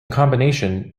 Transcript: combination